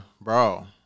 bro